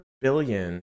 billion